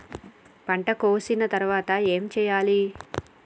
పంట కోసిన తర్వాత ఏం చెయ్యాలి?